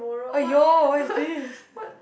!aiyo! what is this